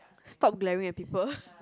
stop glaring at people